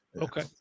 Okay